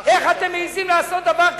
איך אתם מעזים לעשות דבר כזה,